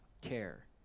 care